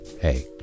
hey